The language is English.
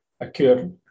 occur